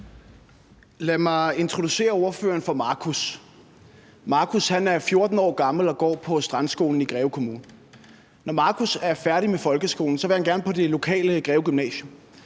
Lad mig introducere ordføreren for Marcus. Marcus er 14 år gammel og går på Strandskolen i Greve Kommune. Når Marcus er færdig med folkeskolen, vil han gerne på det lokale Greve Gymnasium.